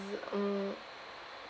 mm